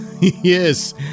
Yes